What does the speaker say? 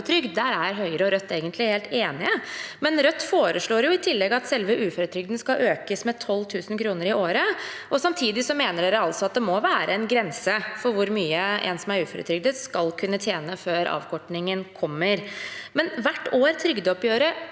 Der er Høyre og Rødt egentlig helt enige, men Rødt foreslår i tillegg at selve uføretrygden skal økes med 12 000 kr i året, og samtidig mener de altså at det må være en grense for hvor mye en som er uføretrygdet skal kunne tjene før avkortingen kommer. Hvert år trygdeoppgjøret